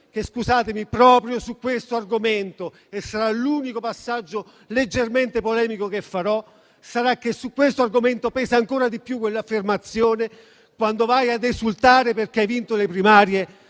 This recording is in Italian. *leader)*. Proprio su questo argomento - sarà l'unico passaggio leggermente polemico che farò - pesa ancora di più quell'affermazione: quando vai ad esultare perché hai vinto le primarie